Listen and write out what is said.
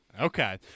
Okay